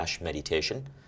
Meditation